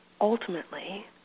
ultimately